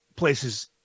places